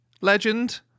legend